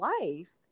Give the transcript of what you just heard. life